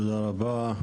תודה רבה.